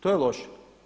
To je loše.